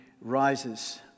rises